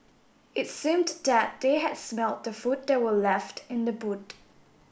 it seemed that they had smelt the food that were left in the boot